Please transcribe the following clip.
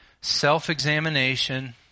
self-examination